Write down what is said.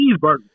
Cheeseburger